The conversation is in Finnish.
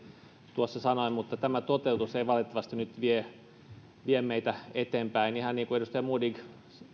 tuossa sanoi mutta tämä toteutus ei nyt valitettavasti vie meitä eteenpäin ihan niin kuin edustaja modig